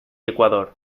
ecuador